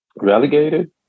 relegated